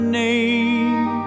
name